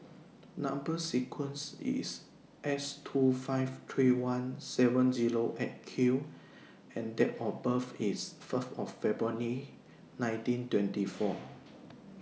Number sequence IS S two five three one seven Zero eight Q and Date of birth IS First of February nineteen twenty four